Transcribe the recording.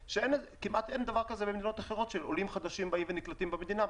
במדינות אחרות כמעט ואין דבר כזה שעולים חדשים באים ונקלטים במדינה.